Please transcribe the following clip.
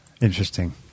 Interesting